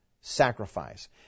sacrifice